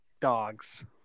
dogs